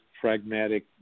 pragmatic